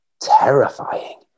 terrifying